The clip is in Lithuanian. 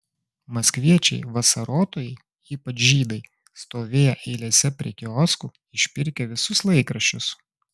maskviečiai vasarotojai ypač žydai stovėję eilėse prie kioskų išpirkę visus laikraščius